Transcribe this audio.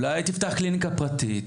אולי תפתח קליניקה פרטית,